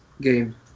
game